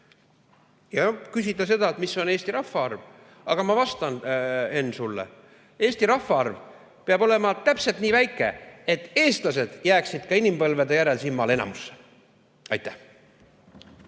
Kui küsida seda, mis on Eesti rahvaarv, siis ma vastan, Henn, sulle. Eesti rahvaarv peab olema täpselt nii väike, et eestlased jääksid ka inimpõlvede järel siin maal enamusse. Aitäh,